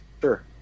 sure